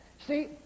See